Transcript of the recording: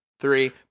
Three